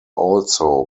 also